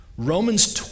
Romans